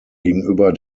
gegenüber